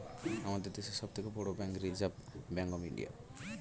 আমাদের দেশের সব থেকে বড় bank reserve bank of India